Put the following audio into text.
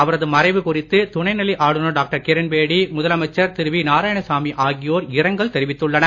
அவரது மறைவு குறித்து துணை நிலை ஆளுநர் டாக்டர் கிரண்பேடி முதலமைச்சர் திரு வி நாராயணசாமி ஆகியோர் இரங்கல் தெரிவித்துள்ளனர்